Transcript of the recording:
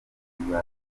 kuzajya